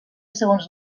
segons